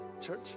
church